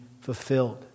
fulfilled